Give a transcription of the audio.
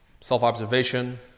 Self-observation